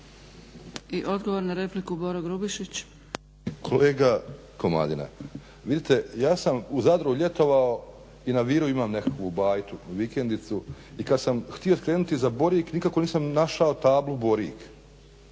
Grubišić. **Grubišić, Boro (HDSSB)** Kolega Komadina, vidite ja sam u Zadru ljetovao i na Viru imam nekakvu bajtu, vikendicu, i kad sam htio skrenuti za Borik nikako nisam našao tablu Borik.